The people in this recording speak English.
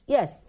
Yes